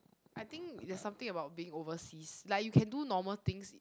I think there's something about being overseas like you can do normal things